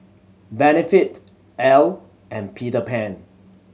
Benefit Elle and Peter Pan